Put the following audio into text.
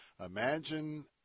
Imagine